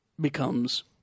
becomes